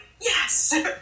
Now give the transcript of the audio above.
Yes